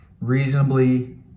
reasonably